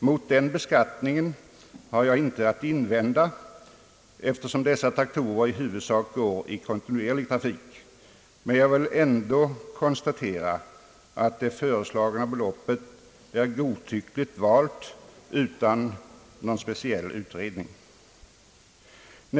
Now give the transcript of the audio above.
Mot den beskattningen har jag intet att invända, eftersom dessa traktorer i huvudsak går i kontinuerlig trafik, men jag vill ändå konstatera att det föreslagna beloppet är godtyckligt valt utan någon särskild utredning.